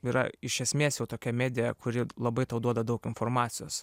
yra iš esmės jau tokia medija kuri labai tau duoda daug informacijos